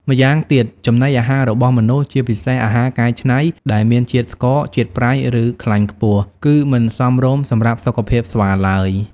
ម្យ៉ាងទៀត ចំណីអាហាររបស់មនុស្ស ជាពិសេសអាហារកែច្នៃដែលមានជាតិស្ករ ជាតិប្រៃ ឬខ្លាញ់ខ្ពស់ គឺមិនសមរម្យសម្រាប់សុខភាពស្វាឡើយ។